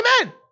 amen